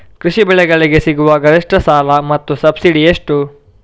ಕೃಷಿ ಬೆಳೆಗಳಿಗೆ ಸಿಗುವ ಗರಿಷ್ಟ ಸಾಲ ಮತ್ತು ಸಬ್ಸಿಡಿ ಎಷ್ಟು?